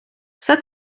все